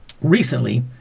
Recently